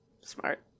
Smart